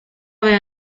veo